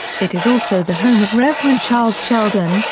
it is also the home of reverend charles sheldon,